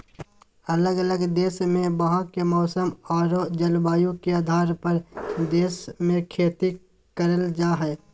अलग अलग देश मे वहां के मौसम आरो जलवायु के आधार पर देश मे खेती करल जा हय